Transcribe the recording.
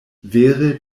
vere